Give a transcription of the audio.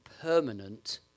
permanent